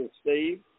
Steve